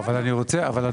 לא, אבל אני רוצה, אבל אדוני.